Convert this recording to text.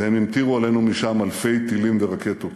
והם המטירו עלינו משם אלפי טילים ורקטות,